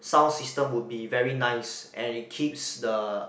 sound system would be very nice and it keeps the